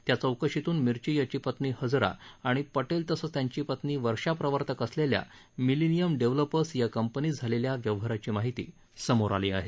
त्या चौकशीतून मिर्ची याची पत्नी हजरा आणि पटेल तसंच त्यांची पत्नी वर्षा प्रवर्तक असलेल्या मिलिनियम डेव्हलपर्स या कंपनीत झालेल्या व्यवहाराची माहिती समोर आली आहे